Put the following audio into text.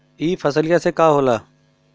ई फसलिया से का होला?